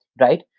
right